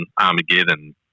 Armageddon